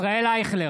נגד ישראל אייכלר,